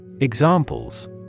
Examples